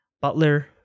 Butler